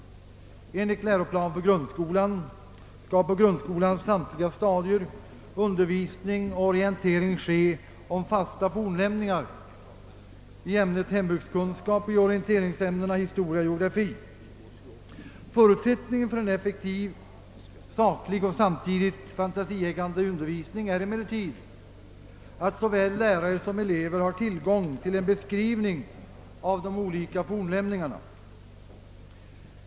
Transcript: Enligt läroplan för grundskolan skall på grundskolans samtliga stadier undervisning och orientering ske om fasta fornlämningar i ämnet hembygdskunskap och i orienteringsämnena historia och geografi. Förutsättningen för en effektiv, saklig och samtidigt fantasieggande undervisning är emellertid att såväl lärare som elever har tillgång till en beskrivning av de olika fornlämningarna.